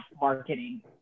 marketing